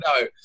no